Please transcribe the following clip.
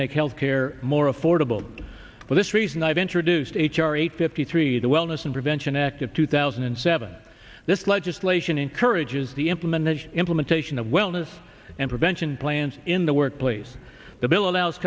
make health care more affordable for this reason i've introduced h r eight fifty three the wellness and prevention act of two thousand and seven this legislation encourages the implemented implementation of wellness and prevention plans in the workplace the bill allows